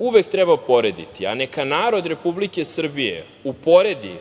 Uvek treba porediti, a neka narod Republike Srbije uporedi